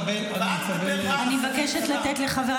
החרדים אפילו מסרבים לקבוע בהחלטת הממשלה איזושהי הגדרה